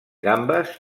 gambes